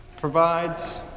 provides